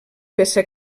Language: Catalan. peça